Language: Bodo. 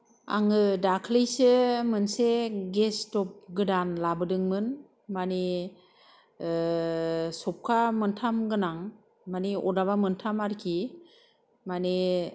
आङो दाख्लैसो मोनसे गेस स्टप गोदान लाबोदोंमोन माने सौखा मोनथाम गोनां माने अरदाबा मोनथाम आरोखि माने